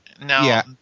Now